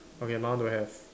okay my one don't have